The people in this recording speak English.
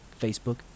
Facebook